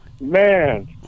Man